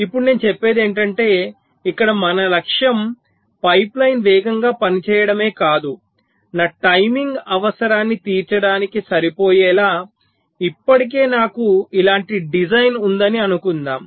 ఇప్పుడు నేను చెప్పేది ఏమిటంటే ఇక్కడ మన లక్ష్యం పైపు లైన్ వేగంగా పని చేయడమే కాదు నా టైమింగ్ అవసరాన్ని తీర్చడానికి సరిపోయేలా ఇప్పటికే నాకు ఇలాంటి డిజైన్ ఉందని అనుకుందాం